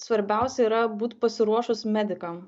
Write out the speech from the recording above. svarbiausia yra būt pasiruošus medikam